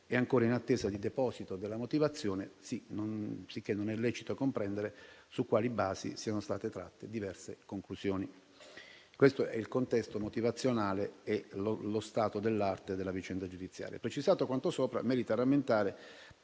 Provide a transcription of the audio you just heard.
è ancora in attesa di deposito della motivazione; cosicché non è lecito comprendere su quali basi siano state tratte diverse conclusioni. Questi sono il contesto motivazionale e lo stato dell'arte della vicenda giudiziaria. Precisato quanto sopra, merita rammentare